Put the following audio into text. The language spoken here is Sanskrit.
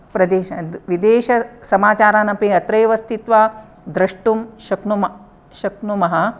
प्रदेश विदेशसमाचारान् अपि अत्रैव स्थित्वा द्रष्टुं शक्नुमः शक्नुमः